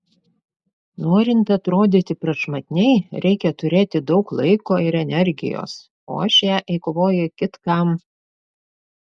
norint atrodyti prašmatniai reikia turėti daug laiko ir energijos o aš ją eikvoju kitkam